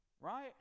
Right